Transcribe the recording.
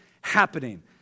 happening